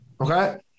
okay